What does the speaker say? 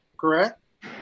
correct